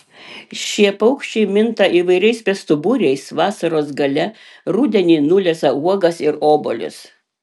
šie paukščiai minta įvairiais bestuburiais vasaros gale rudenį nulesa uogas ir obuolius